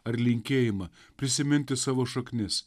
ar linkėjimą prisiminti savo šaknis